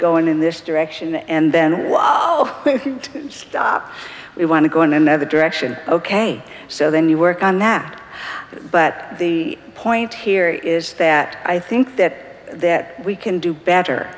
going in this direction and then you stop we want to go in another direction ok so then you work on that but the point here is that i think that that we can do better